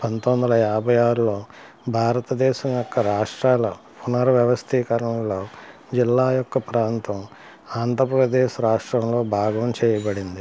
పంతొమ్మిది వందల యాభై ఆరులో భారతదేశం యొక్క రాష్ట్రాల పునర్ వ్యవస్థీకరణలో జిల్లా యొక్క ప్రాంతం ఆంధ్రప్రదేశ్ రాష్ట్రంలో భాగం చేయబడింది